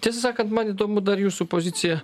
tiesą sakant man įdomu dar jūsų pozicija